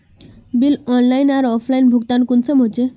Bill online आर offline भुगतान कुंसम होचे?